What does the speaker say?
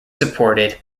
supported